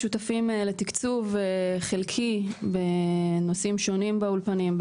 שותפים לתקצוב חלקי בנושאים שונים באולפנים,